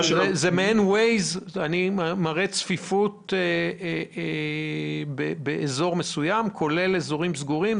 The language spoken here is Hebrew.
כלומר זה מעין ווייז שמראה צפיפות באזור מסוים כולל אזורים סגורים?